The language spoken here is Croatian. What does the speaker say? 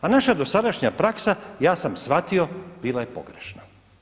A naša dosadašnja praksa ja sam shvatio bila je pogrešna.